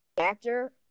actor